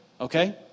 Okay